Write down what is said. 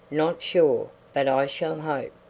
not sure, but i shall hope.